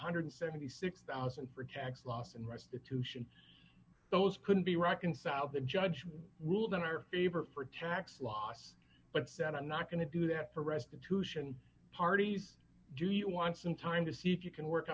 hundred and seventy six thousand dollars for tax loss and restitution those couldn't be reconciled the judge ruled in our favor for tax loss but said i'm not going to do that for restitution parties do you want some time to see if you can work